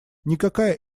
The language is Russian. никакая